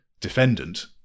defendant